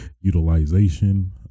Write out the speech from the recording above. utilization